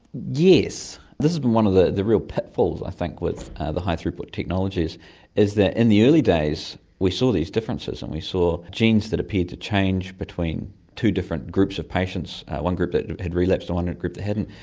yes. this has been one of the the real pitfalls, i think, with the high-throughput technologies is that in the early days we saw these differences and we saw genes that appeared to change between two different groups of patients, one group that had relapsed and one and group that hadn't,